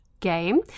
game